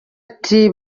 ati